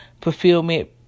fulfillment